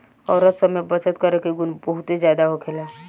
औरत सब में बचत करे के गुण बहुते ज्यादा होखेला